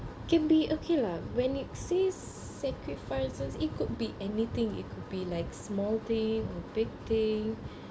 can be okay lah when it says sacrifices it could be anything it could be like small thing or big thing